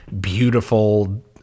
beautiful